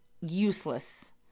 useless